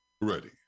ready